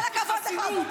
עם כל הכבוד לך.